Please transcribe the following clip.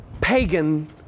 Pagan